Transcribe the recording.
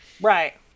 Right